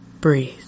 breathe